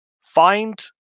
find